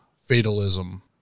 Fatalism